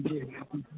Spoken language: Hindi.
जी